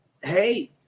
hey